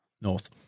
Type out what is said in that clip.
North